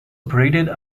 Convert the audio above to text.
operated